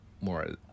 more